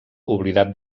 oblidat